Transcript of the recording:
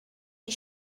die